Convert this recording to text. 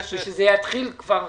ושזה יתחיל כבר עכשיו.